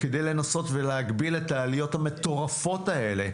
כדי לנסות ולהגביל את העליות המטורפות האלה,